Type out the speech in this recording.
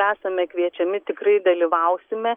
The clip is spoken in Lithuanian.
esame kviečiami tikrai dalyvausime